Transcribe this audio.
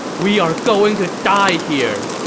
we are going to die here!